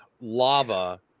lava